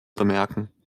bemerken